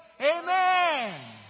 Amen